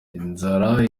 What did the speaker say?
inzara